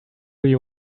you